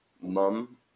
mum